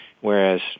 whereas